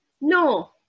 No